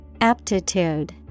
Aptitude